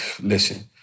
listen